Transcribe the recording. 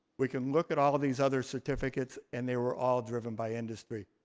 we can look at all of these other certificates and they were all driven by industry.